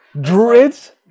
druids